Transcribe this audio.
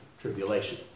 tribulation